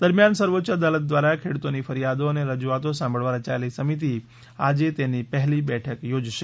દરમિયાન સર્વોચ્ય અદાલત દ્વારા ખેડૂતોની ફરિયાદો અને રજુઆતો સાંભળવા રચાયેલી સમિતી આજે તેની પહેલી બેઠક યોજાશે